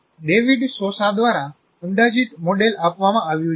David Sosa દ્વારા અંદાજિત model આપવામાં આવ્યું છે